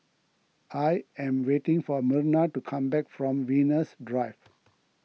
I am waiting for Myrna to come back from Venus Drive